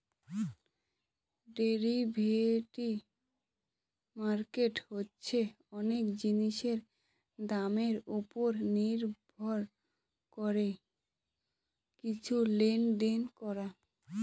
derivative market হচ্ছে অনেক জিনিসের দামের ওপর নির্ভর করে কিছু লেনদেন করা